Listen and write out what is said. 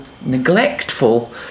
neglectful